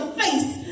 face